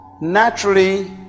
naturally